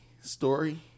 story